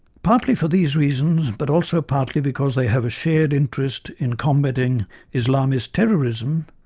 partly for these reasons, but also partly because they have a shared interest in combating islamist terrorism,